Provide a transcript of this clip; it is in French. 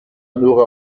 n’aura